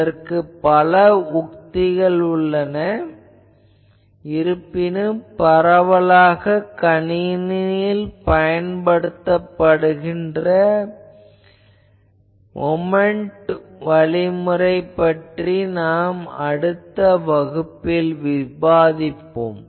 இதற்கு பல உத்திகள் இருக்கின்றன இருப்பினும் பரவலாக கணினியில் உபயோகப்படுத்துகின்ற மொமென்ட் வழிமுறையை நாம் அடுத்த வகுப்பில் விவாதிப்போம்